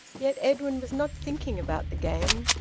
yet edwin was not thinking about the game.